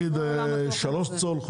נגיד, 3 צול?